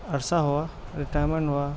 عرصہ ہوا ریٹائرمنٹ ہوا